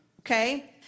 okay